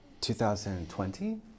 2020